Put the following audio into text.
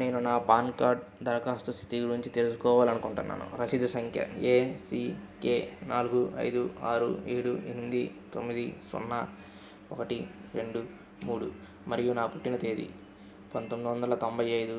నేను నా PAN card దరఖాస్తు స్థితి గురించి తెలుసుకోవాలనుకుంటున్నాను రసీదు సంఖ్య ఏసీకే నాలుగు ఐదు ఆరు ఏడు ఎనిమిది తొమ్మిది సున్నా ఒకటి రెండు మూడు మరియు నా పుట్టిన తేదీ పంతొమ్మిది వందల తొంభై ఐదు